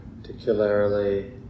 particularly